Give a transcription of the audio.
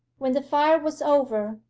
when the fire was over,